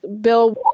Bill